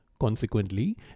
Consequently